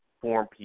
form